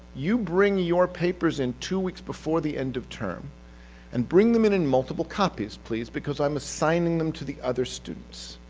you bring your papers in two weeks before the end of term and bring them in in multiple copies, please, because i'm assigning them to the other students.